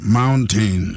mountain